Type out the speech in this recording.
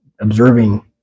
Observing